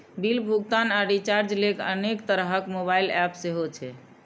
bill भुगतान आ recharge लेल अनेक तरहक मोबाइल एप सेहो छै